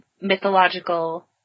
mythological